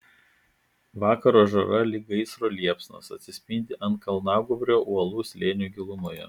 vakaro žara lyg gaisro liepsnos atsispindi ant kalnagūbrio uolų slėnio gilumoje